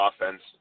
offense